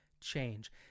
change